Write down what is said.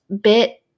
bit